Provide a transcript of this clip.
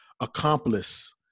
accomplice